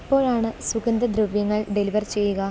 എപ്പോഴാണ് സുഗന്ധദ്രവ്യങ്ങൾ ഡെലിവർ ചെയ്യുക